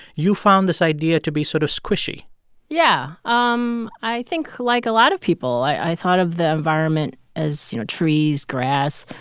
you found this idea to be sort of squishy yeah. um i think, like a lot of people, i thought of the environment as, you know, trees, grass,